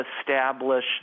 establish